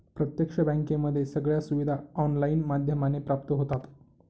प्रत्यक्ष बँकेमध्ये सगळ्या सुविधा ऑनलाईन माध्यमाने प्राप्त होतात